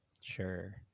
Sure